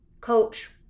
coach